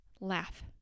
laugh